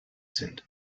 sind